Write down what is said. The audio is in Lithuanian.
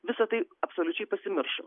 visa tai absoliučiai pasimiršo